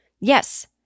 yes